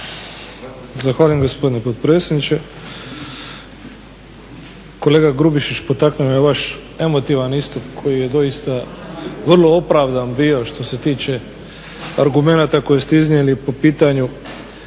Zahvaljujem gospodine potpredsjedniče. Kolega Grubišić, potaknuo me vaš emotivan istup koji je doista vrlo opravdan bio što se tiče argumenata koje ste iznijeli po pitanju